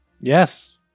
Yes